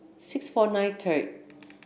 six four nine third